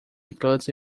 includes